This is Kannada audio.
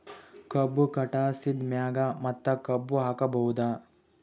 ಕಬ್ಬು ಕಟಾಸಿದ್ ಮ್ಯಾಗ ಮತ್ತ ಕಬ್ಬು ಹಾಕಬಹುದಾ?